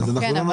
נכון.